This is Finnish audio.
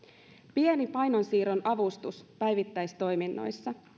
pieni painonsiirron avustus päivittäistoiminnoissa